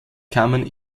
kamen